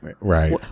Right